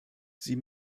sie